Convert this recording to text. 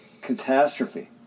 catastrophe